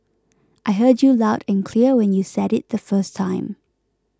I heard you loud and clear when you said it the first time